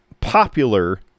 popular